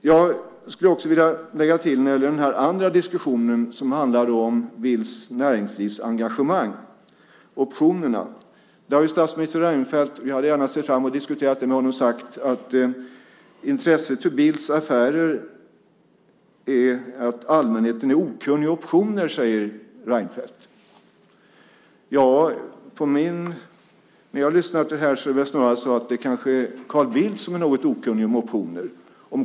Jag skulle också vilja lägga till när det gäller den andra diskussionen, som handlar om Bildts näringslivsengagemang, optionerna. Där har statsminister Reinfeldt sagt, och jag hade gärna diskuterat det med honom, att intresset för Bildts affärer har att göra med att allmänheten är okunnig om optioner. När jag har lyssnat på det här måste jag säga att det kanske snarast är Carl Bildt som är något okunnig om optioner.